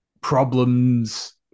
problems